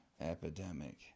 epidemic